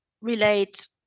relate